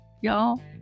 y'all